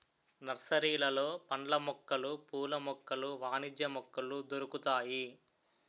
నర్సరీలలో పండ్ల మొక్కలు పూల మొక్కలు వాణిజ్య మొక్కలు దొరుకుతాయి